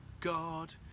God